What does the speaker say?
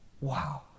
Wow